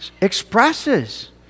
expresses